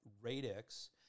radix